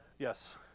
Yes